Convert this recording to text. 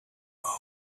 over